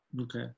Okay